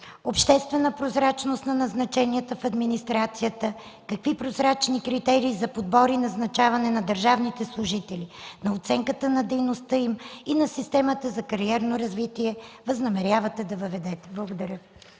обществена прозрачност на назначенията в администрацията; какви прозрачни критерии за подбор и назначаване на държавните служители, на оценката на дейността им и на системата за кариерно развитие възнамерявате да въведете? Благодаря